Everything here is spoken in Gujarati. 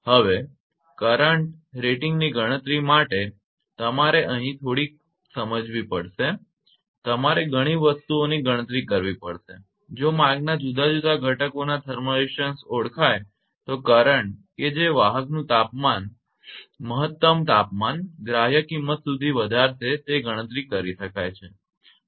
હવે કરંટ પ્રવાહ રેટિંગની ગણતરી તમારે અહીં થોડીક સમજવી પડશે અને તમારે ઘણી વસ્તુઓની ગણતરી કરવી પડશે જો માર્ગના જુદા જુદા ઘટકોના થર્મલ રેઝિસ્ટન્સ ઓળખાય તો કરંટ કે જે વાહકનું તાપમાન મહત્તમ ગ્રાહ્ય કિંમત સુધી વધારશે તે ગણતરી કરી શકાય છે